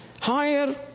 higher